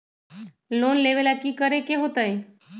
Loan लेवेला की करेके होतई?